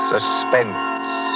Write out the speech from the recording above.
Suspense